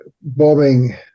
bombing